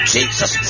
Jesus